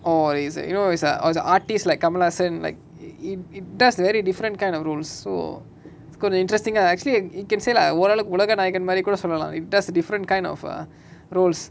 or is that you know it's a or the artists like kamalhaasan like it it does very different kind of roles so it's gonna interesting ah actually you can say lah ஓரளவுக்கு உலக நாயகன் மாரி கூட சொல்லலா:oralavuku ulaka naayakan mari kooda sollala it that's a different kind of err roles